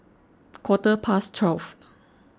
quarter past twelve